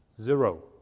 Zero